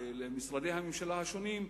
למשרדי הממשלה השונים,